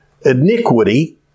iniquity